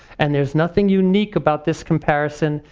and there's nothing unique about this comparison.